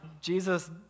Jesus